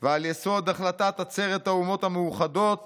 ועל יסוד החלטת עצרת האומות המאוחדות